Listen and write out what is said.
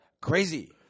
Crazy